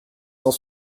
cent